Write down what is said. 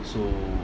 so